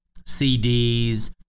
CDs